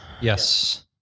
Yes